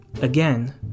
Again